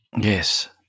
Yes